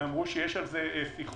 הם אמרו שיש על זה שיחות,